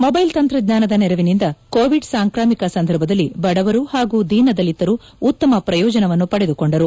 mobile ತಂತ್ರಜ್ಞಾನದ ನೆರವಿನಿಂದ Covid ಸಾಂಕ್ರಾಮಿಕ ಸಂದರ್ಭದಲ್ಲಿ ಬಡವರು ಹಾಗೂ ದೀನದಲಿತರು ಉತ್ತಮ ಪ್ರಯೋಜನವನ್ನು ಪಡೆದುಕೊಂಡರು